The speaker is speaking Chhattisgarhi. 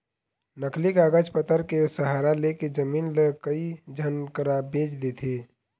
नकली कागज पतर के सहारा लेके जमीन ल कई झन करा बेंच देथे